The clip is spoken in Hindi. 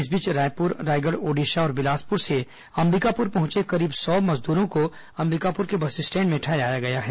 इस बीच रायपुर रायगढ़ ओडिशा और बिलासपुर से अंबिकापुर पहुंचे करीब सौ मजदूरों को अंबिकापुर के बस स्टैंड में ठहराया गया है